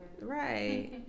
Right